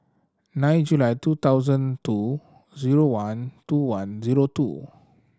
nine July two thousand two zero one two one zero two